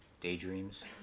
daydreams